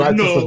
no